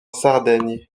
sardaigne